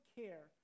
care